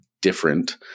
different